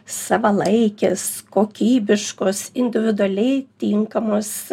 savalaikės kokybiškos individualiai tinkamos